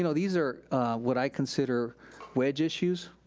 you know these are what i consider wedge issues.